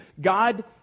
God